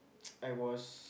I was